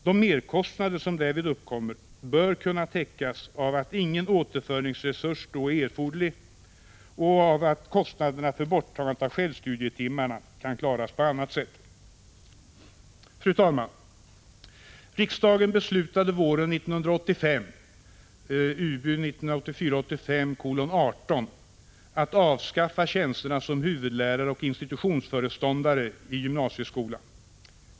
De merkostnader som därvid uppkommer bör kunna täckas av att ingen återföringsresurs då är erforderlig och av att kostnaderna för borttagande av självstudietimmarna kan klaras på annat sätt. Fru talman! Riksdagen beslutade våren 1985, UbU 1984/85:18, att avskaffa tjänsterna som huvudlärare och institutionsföreståndare i gymnasieskolan.